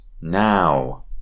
Now